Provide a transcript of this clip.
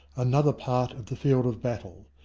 another part of the field of battle.